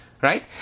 right